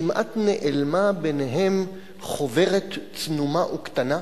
כמעט נעלמה ביניהם חוברת צנומה וקטנה,